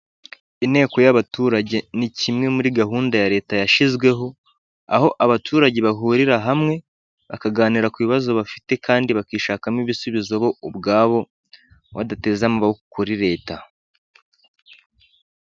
Inteko y'abaturage ni kimwe muri gahunda ya leta yashyizweho, aho abaturage bahurira hamwe bakaganira ku bibazo bafite kandi bakishakamo ibisubizo bo ubwabo, badateza amaboko kuri leta.